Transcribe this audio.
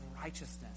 righteousness